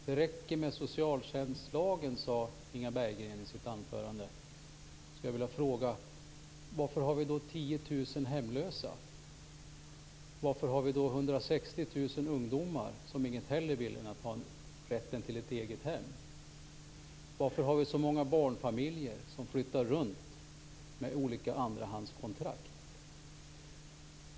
Herr talman! Det räcker med socialtjänstlagen, sade Inga Berggren i sitt anförande. Jag skulle vilja fråga: Varför har vi då 10 000 hemlösa? Varför har vi då 160 000 ungdomar som inget hellre vill än att ha ett eget hem? Varför har vi så många barnfamiljer som flyttar runt med olika andrahandskontrakt?